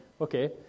okay